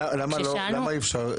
למה אי אפשר?